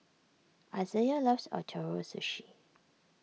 Isaiah loves Ootoro Sushi